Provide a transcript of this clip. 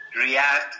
react